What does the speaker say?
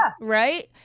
Right